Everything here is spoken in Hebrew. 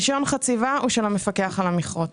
רישיון חציבה הוא של המפקח על המכרות.